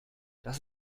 das